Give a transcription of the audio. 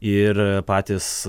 ir patys